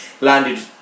Landed